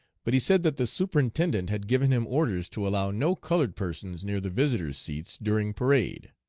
but he said that the superintendent had given him orders to allow no colored persons near the visitors' seats during parade.